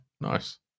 Nice